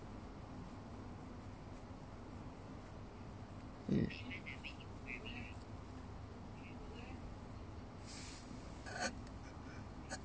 mm